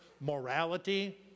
morality